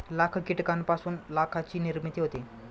लाख कीटकांपासून लाखाची निर्मिती होते